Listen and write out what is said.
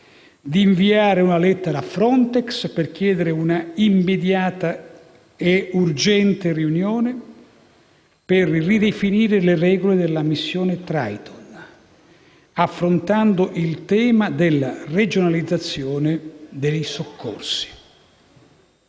di inviare una lettera a Frontex, per chiedere un'immediata e urgente riunione, per ridefinire le regole della missione Triton, affrontando il tema della regionalizzazione dei soccorsi,